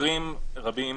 במקרים רבים